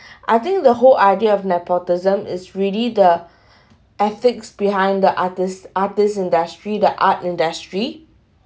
I think the whole idea of nepotism is really the ethics behind the artist artist industry the art industry